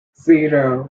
zero